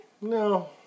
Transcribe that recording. No